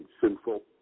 sinful